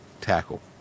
tackle